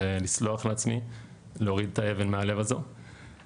ומה שאני יכול לעזור ולהועיל בתקציב, אני אשמח.